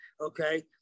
okay